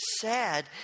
sad